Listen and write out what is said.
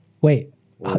Wait